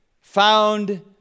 found